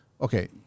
Okay